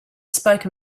spoke